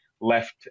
left